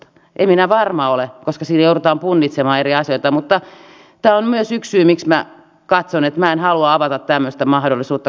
en minä varma ole koska siinä joudutaan punnitsemaan eri asioita mutta tämä on myös yksi syy miksi minä katson että minä en halua avata tämmöistä mahdollisuutta